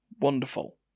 wonderful